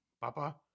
Papa